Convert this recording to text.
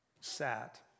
sat